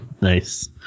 nice